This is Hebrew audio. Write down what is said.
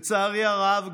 לצערי הרב,